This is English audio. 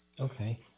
Okay